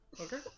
Okay